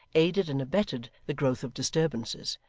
aided and abetted the growth of disturbances,